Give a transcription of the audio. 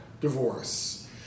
divorce